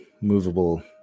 movable